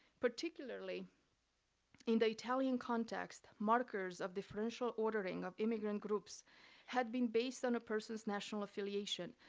particularly in the italian context, markers of differential ordering of immigrant groups had been based on a person's national affiliation,